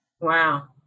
Wow